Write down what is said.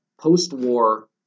post-war